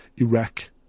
Iraq